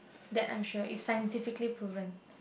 that I'm sure is scientifically proven